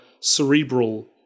cerebral